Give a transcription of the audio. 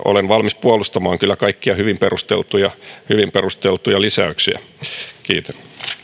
olen kyllä valmis puolustamaan kaikkia hyvin perusteltuja hyvin perusteltuja lisäyksiä kiitän